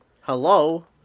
Hello